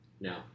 No